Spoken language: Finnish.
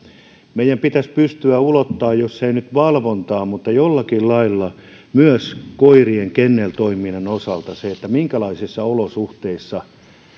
meidän pitäisi pystyä ulottamaan jos ei nyt valvontaa niin jollakin lailla myös koirien kenneltoimintaan se minkälaisissa olosuhteissa